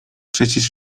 przecież